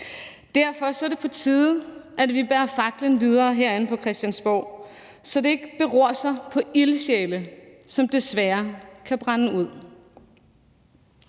Derfor er det på tide, at vi bærer faklen videre herinde på Christiansborg, så det ikke beror på ildsjæle, som desværre kan brænde ud.